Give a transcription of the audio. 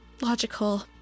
logical